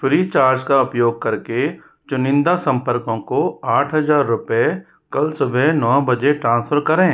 Freecharge का उपयोग करके चुनिंदा संपर्कों को आठ हजार रुपये कल सुबह नौ बजे ट्रांसफ़र करें